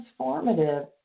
transformative